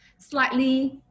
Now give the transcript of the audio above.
Slightly